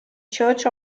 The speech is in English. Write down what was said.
church